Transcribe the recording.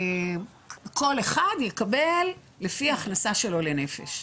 כל אחד יקבל לפי ההכנסה שלו לנפש.